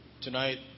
tonight